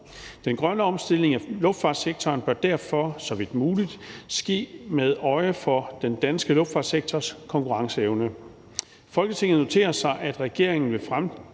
Den grønne omstilling til luftfartssektoren bør derfor så vidt muligt ske med øje for den danske luftfartssektors konkurrenceevne. Folketinget noterer sig, at regeringen vil fremlægge